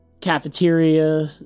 cafeteria